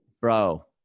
Bro